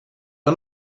are